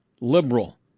liberal